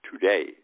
today